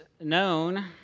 known